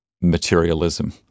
materialism